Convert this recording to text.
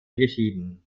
geschieden